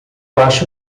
acho